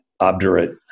obdurate